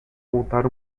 montar